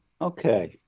Okay